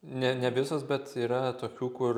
ne ne visos bet yra tokių kur